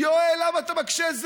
יואל, למה אתה מקשה?